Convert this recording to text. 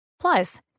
Plus